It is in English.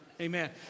Amen